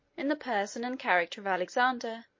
in the person and character of alexander,